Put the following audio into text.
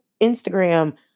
Instagram